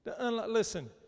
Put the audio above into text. Listen